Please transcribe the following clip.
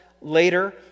later